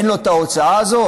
אין לו את ההוצאה הזאת?